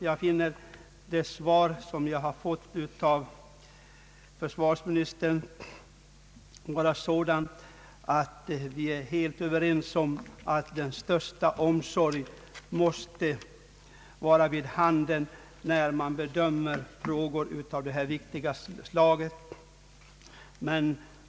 Jag finner det svar som jag har fått av försvarsministern vara sådant att vi är helt överens om att den största omsorg måste iakttagas vid be dömningen av frågor av detta viktiga slag.